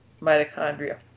mitochondria